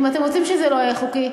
אם אתם רוצים שזה לא יהיה חוקי,